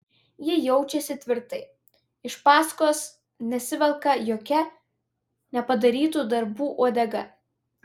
ji jaučiasi tvirtai iš paskos nesivelka jokia nepadarytų darbų uodega